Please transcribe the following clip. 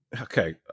Okay